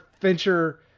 fincher